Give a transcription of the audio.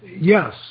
yes